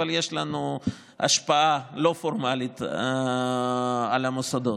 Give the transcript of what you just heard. אבל יש לנו השפעה לא פורמלית על המוסדות,